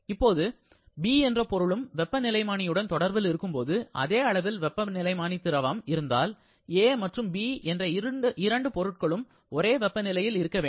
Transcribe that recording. இப்பொழுது B என்ற பொருளும் வெப்பநிலைமானி உடன் தொடர்பில் இருக்கும்போது அதே அளவில் வெப்பநிலைமானி திரவம் இருந்தால் A மற்றும் B என்ற இரு பொருட்களும் ஒரே வெப்பநிலையில் இருக்க வேண்டும்